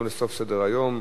לסוף סדר-היום.